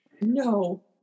No